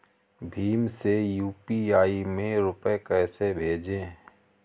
भीम से यू.पी.आई में रूपए कैसे भेजें?